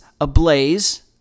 ablaze